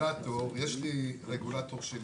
יש לי רגולטור שלי,